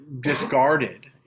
discarded